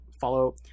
follow